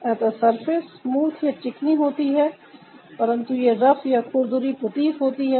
अतः surface smooth या चिकनी होती है परन्तु यह रफ या खुरदरी प्रतीत होती है